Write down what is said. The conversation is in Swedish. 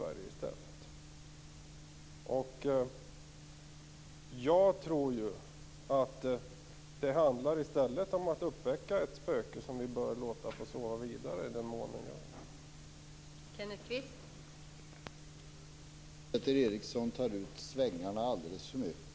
Det handlar i stället om att uppväcka ett spöke som vi borde låta få sova vidare i den mån det sover.